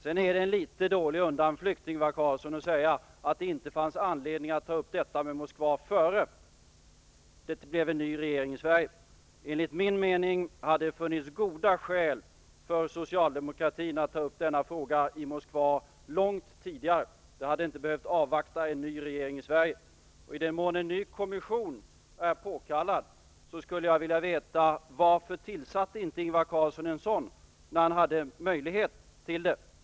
Sedan är det en litet dålig undanflykt av Ingvar Carlsson att säga att det inte fanns anledning att ta upp detta med Moskva innan det blev en ny regering i Sverige. Enligt min mening har det funnits goda skäl för socialdemokraterna att ta upp denna fråga med Moskva långt tidigare. Ni hade inte behövt avvakta en ny regering i Sverige. I den mån en ny kommission är påkallad skulle jag gärna vilja veta varför Ingvar Carlsson inte tillsatte en sådan när han hade möjlighet till det.